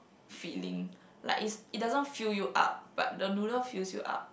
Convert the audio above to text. filling like it's it doesn't fill you up but the noodle fills you up